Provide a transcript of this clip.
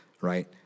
right